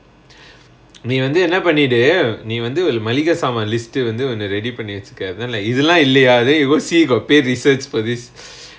நீ வந்து என்ன பண்ணிடு நீ வந்து ஒரு மல்லிக சாமா:nee vanthu enna pannidu nee vanthu oru mallika saamaa list டு வந்து ஒன்னு:du vanthu onnu ready பண்ணி வச்சிக்க:panni vachikka then like இதல இல்லயா:ithala illayaa then go see got paid research for this